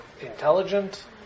intelligent